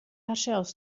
harsels